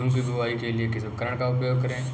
गेहूँ की बुवाई के लिए किस उपकरण का उपयोग करें?